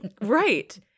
Right